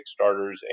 Kickstarters